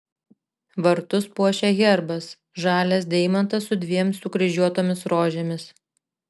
vartus puošia herbas žalias deimantas su dviem sukryžiuotomis rožėmis